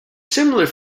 similar